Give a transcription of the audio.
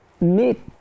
meet